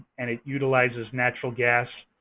and it utilizes natural gas.